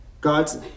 God's